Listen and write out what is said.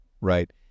right